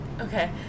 Okay